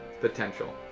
potential